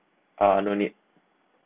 uh no need